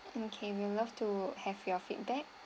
okay we'd love to have your feedback